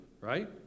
right